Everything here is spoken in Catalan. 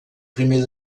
primer